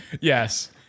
Yes